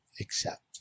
accept